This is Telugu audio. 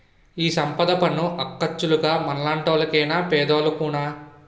ఈ సంపద పన్ను అక్కచ్చాలుగ మనలాంటోళ్లు కేనా పెద్దోలుకున్నా